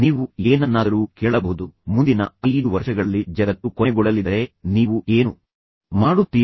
ನೀವು ಏನನ್ನಾದರೂ ಕೇಳಬಹುದು ಮುಂದಿನ ಐದು ವರ್ಷಗಳಲ್ಲಿ ಜಗತ್ತು ಕೊನೆಗೊಳ್ಳಲಿದ್ದರೆ ನೀವು ಏನು ಮಾಡುತ್ತೀರಿ